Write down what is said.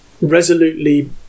resolutely